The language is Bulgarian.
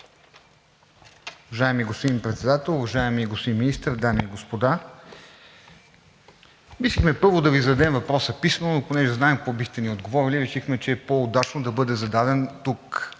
Уважаеми господин Председател, уважаеми господин Министър, дами и господа, мислихме първо да Ви зададем въпроса писмено, но понеже знаем какво бихте ни отговорили, решихме, че е по-удачно да бъде зададен тук